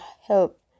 help